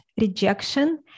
rejection